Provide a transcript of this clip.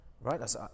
right